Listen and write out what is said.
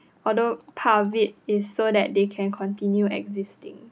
although part of it is so that they can continue existing